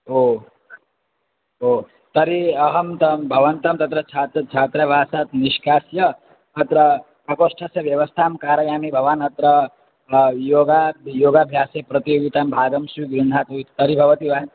ओ ओ तर्हि अहं तं भवन्तं तत्र छात्रः छात्रावासं निष्कास्य अत्र प्रकोष्ठस्य व्यवस्थां कारयामि भवान् अत्र योगं योगाभ्यासे प्रतियोगितायां भागं स्वस्य गृह्णाति तर्हि भवति वा